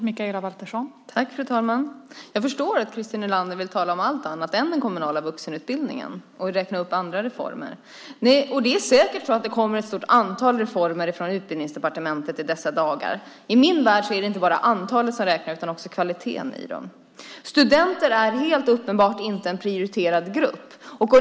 Fru talman! Jag förstår att Christer Nylander vill tala om allt annat än den kommunala vuxenutbildningen och räkna upp andra reformer. Det kommer säkert ett stort antal reformer från Utbildningsdepartementet i dessa dagar. I min värld är det inte bara antalet som räknas utan också kvaliteten. Studenter är helt uppenbart inte en prioriterad grupp.